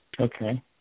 Okay